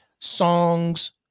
Songs